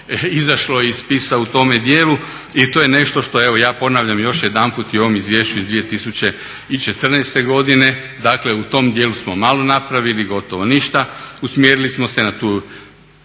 i to je nešto što evo ja ponavljam još jednom i u ovom Izvješću iz 2014. godine, dakle u tom dijelu smo malo napravili, gotovo ništa. Usmjerili smo se na tu